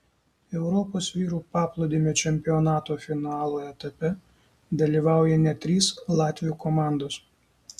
europos vyrų paplūdimio čempionato finalo etape dalyvauja net trys latvių komandos